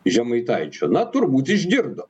žemaitaičio na turbūt išgirdo